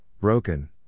broken